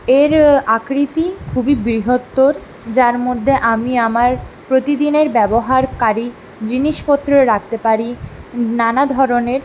এর আকৃতি খুবই বৃহত্তর যার মধ্যে আমি আমার প্রতিদিনের ব্যবহারকারী জিনিসপত্র রাখতে পারি নানাধরনের